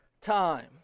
time